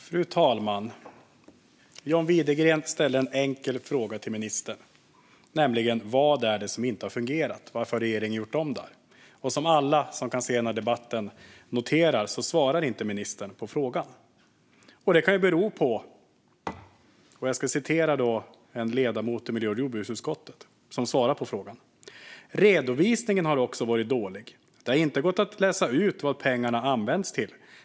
Fru talman! John Widegren ställde en enkel fråga till ministern: Vad är det som inte har fungerat? Varför har regeringen gjort om detta? Som alla som lyssnar på denna debatt noterar svarar ministern inte på frågan. Jag ska referera vad en ledamot i miljö och jordbruksutskottet som har svarat på frågan har sagt. Ledamoten säger: Redovisningen har också varit dålig. Det har inte gått att läsa ut vad pengarna används till.